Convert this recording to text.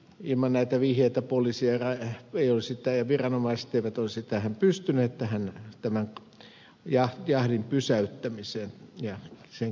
ilman näitä vihjeitä viranomaiset eivät olisi pystyneet tämän jahdin pysäyttämiseen ja sen keskeyttämiseen